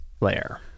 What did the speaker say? layer